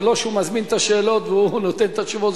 זה לא שהוא מזמין את השאלות והוא נותן את התשובות,